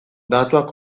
datuak